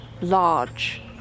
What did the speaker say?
large